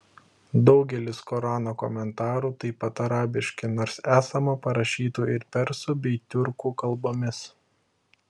daugelis korano komentarų taip pat arabiški nors esama parašytų ir persų bei tiurkų kalbomis